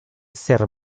ser